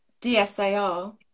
DSAR